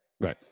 Right